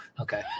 Okay